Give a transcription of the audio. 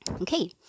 Okay